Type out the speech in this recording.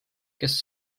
kes